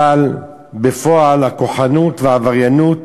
אבל בפועל הכוחנות והעבריינות